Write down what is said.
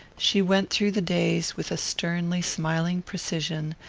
she went through the days with a sternly smiling precision,